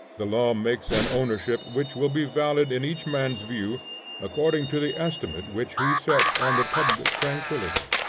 the law makes an ownership which will be valid in each man's view according to the estimate which he sets on the public tranquillity.